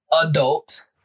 adult